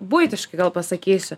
buitiškai gal pasakysiu